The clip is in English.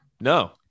No